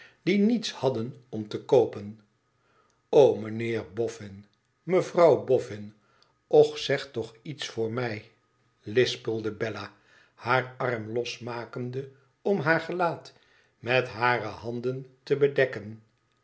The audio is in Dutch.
die niets hadden om te koopen o mijnheer boffin mevrouw boffin och zeg toch iets voor mij lispelde bella haar arm losmakende om haar gelaat met hare handen te bedekken